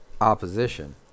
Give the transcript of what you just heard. opposition